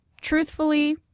Truthfully